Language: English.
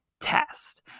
test